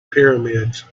pyramids